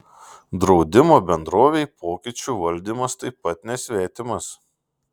draudimo bendrovei pokyčių valdymas taip pat nesvetimas